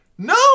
No